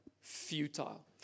futile